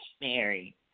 Mary